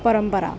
परम्परा